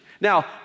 Now